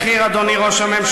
לך.